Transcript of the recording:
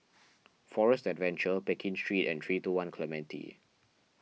Forest Adventure Pekin Street and three two one Clementi